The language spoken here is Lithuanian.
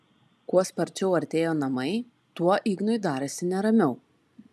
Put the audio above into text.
kuo sparčiau artėjo namai tuo ignui darėsi neramiau